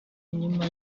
nyuma